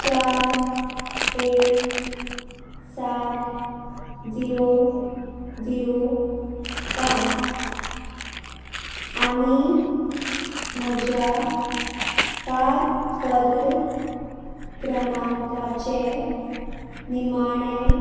चार एक सात झिरो झिरो पांच आनी म्हज्या पारपत्र क्रमांकाचे निमाणे